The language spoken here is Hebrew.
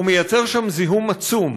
הוא יוצר שם זיהום עצום,